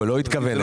הוא לא התכוון אליך.